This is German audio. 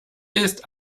ist